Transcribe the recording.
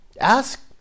Ask